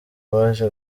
waje